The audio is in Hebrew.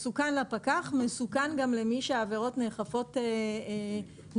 מסוכן לפקח, מסוכן גם למי שהעבירות נאכפות כלפיו.